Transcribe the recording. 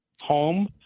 home